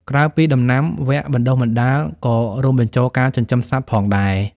ក្រៅពីដំណាំ វគ្គបណ្តុះបណ្តាលក៏រួមបញ្ចូលការចិញ្ចឹមសត្វផងដែរ។